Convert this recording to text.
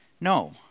No